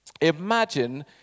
Imagine